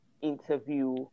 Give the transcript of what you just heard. interview